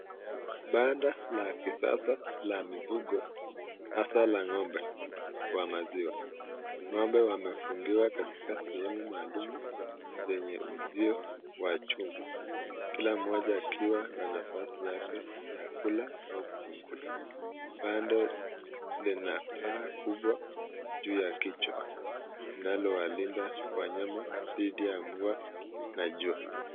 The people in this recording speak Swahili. Banda la kisasa la mifugo hasa la ng'ombe wa maziwa. Ng'ombe wamefungiwa katika sehemu maalum zenye uzio wa chuma. Kila mmoja akiwa na nafasi yake ya kula au kupumzika. Banda lina paa kubwa juu ya kichwa linalowalinda wanyama dhidi ya mvua na jua.